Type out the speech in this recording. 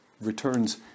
returns